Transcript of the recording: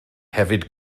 hefyd